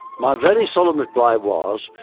my very solemn reply was,